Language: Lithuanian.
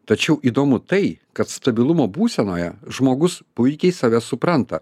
tačiau įdomu tai kad stabilumo būsenoje žmogus puikiai save supranta